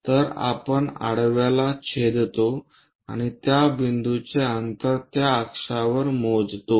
तर आपण आडव्याला छेदतो आणि त्या बिंदूचे अंतर त्या अक्षवर मोजतो